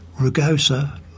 rugosa